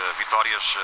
vitórias